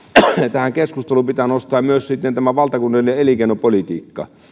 tähän keskusteluun pitää nostaa myös valtakunnallinen elinkeinopolitiikka